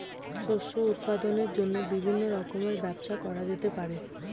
শস্য উৎপাদনের জন্য বিভিন্ন রকমের ব্যবস্থা করা যেতে পারে